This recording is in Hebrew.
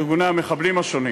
ארגוני המחבלים השונים.